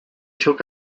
took